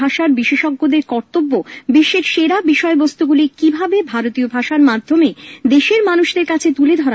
ভাষা বিশেষজ্ঞদের কর্তব্য বিশ্বের সেরা বিষয়বস্তুগুলি ভারতীয় ভাষার মাধ্যমে দেশের মানুষের কাছে তুলে ধরা